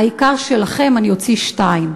העיקר שלכם אני אוציא שתיים.